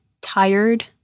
tired